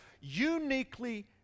uniquely